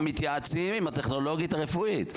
מתייעצים עם הטכנולוגית הרפואית.